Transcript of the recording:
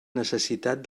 necessitat